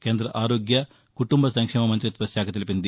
కేంద్ర ఆరోగ్య కుటుంబ సంక్షేమ మంత్రిత్వశాఖ తెలిపింది